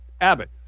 Abbott